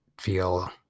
feel